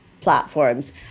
platforms